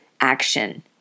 action